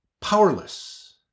powerless